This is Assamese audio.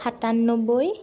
সাতান্নব্বৈ